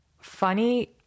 funny